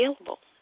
available